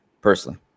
personally